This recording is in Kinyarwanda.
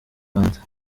panther